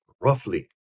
Roughly